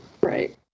right